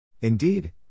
Indeed